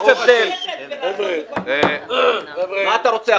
יש --- מה אתה רוצה,